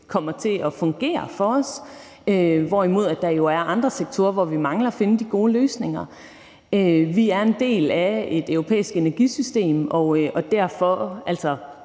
kommer til at fungere for os, hvorimod der jo er andre sektorer, hvor vi mangler at finde de gode løsninger. Vi er en del af et europæisk energisystem, og derfor får